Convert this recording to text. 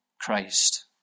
Christ